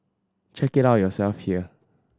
check it out yourself here